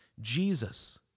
Jesus